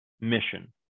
mission